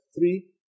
three